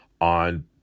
on